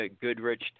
Goodrich